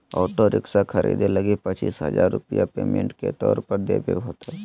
auto rickshaw खरीदे लगी पचीस हजार रूपया पेमेंट के तौर पर देवे होतय